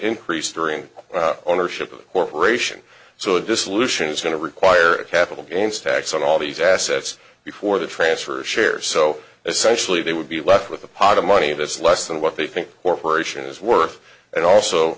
increased during ownership of a corporation so the dissolution is going to require a capital gains tax on all these assets before the transfer of shares so essentially they would be left with a pot of money that's less than what they think corporations is worth and also